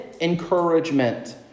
encouragement